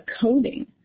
coding